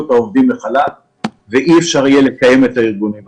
את העובדים לחל"ת ואי אפשר יהיה לקיים את הארגונים.